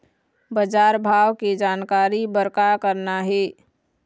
बजार भाव के जानकारी बर का करना हे?